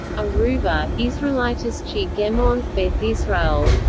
aruba israelitische gemeente beth israel